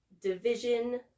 division